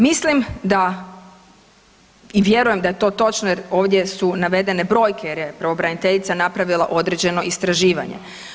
Mislim da i vjerujem da je to točno jer ovdje su navedene brojke jer je pravobraniteljica napravila određeno istraživanje.